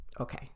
Okay